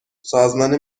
سازمان